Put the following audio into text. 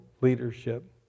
leadership